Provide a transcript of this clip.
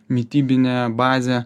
mitybinę bazę